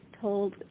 told